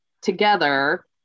together